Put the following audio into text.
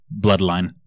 bloodline